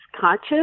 conscious